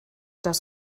das